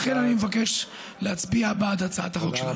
ולכן אני מבקש להצביע בעד הצעת החוק שלי.